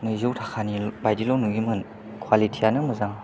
नैजौ थाखानि बायदिल' नुयोमोन क्वालिटि यानो मोजां